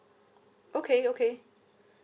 okay okay